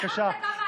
לפוליטיקה,